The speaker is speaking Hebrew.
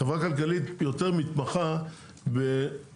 חברה כלכלית יותר מתמחה --- ביזמות.